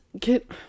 get